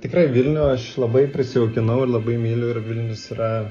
tikrai vilnių aš labai prisijaukinau ir labai myliu ir vilnius yra